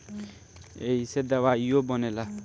ऐइसे दवाइयो बनेला